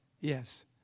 Yes